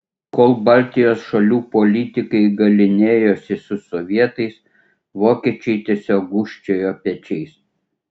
kol baltijos šalių politikai galynėjosi su sovietais vokiečiai tiesiog gūžčiojo pečiais